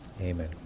Amen